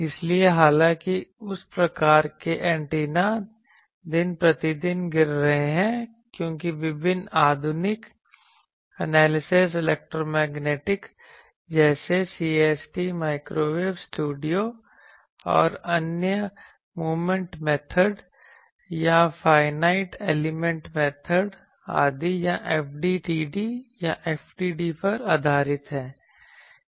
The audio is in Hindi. इसलिए हालांकि उस प्रकार के एंटेना दिन प्रतिदिन गिर रहे हैं क्योंकि विभिन्न आधुनिक एनालिसिस इलेक्ट्रोमैग्नेटिक एनालिसिस उपकरण जैसे CST माइक्रोवेव स्टूडियो और अन्य मोमेंट मेथड या फाइनाइट एलिमेंट मेथड आदि या FDTD या FTD पर आधारित हैं